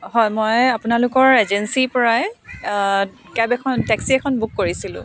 হয় মই আপোনালোকৰ এজেঞ্চিৰ পৰাই কেব এখন টেক্সি এখন বুক কৰিছিলোঁ